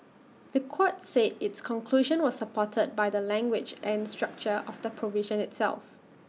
The Court said its conclusion was supported by the language and structure of the provision itself